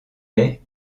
les